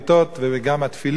וגם התפילין זה אות,